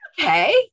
okay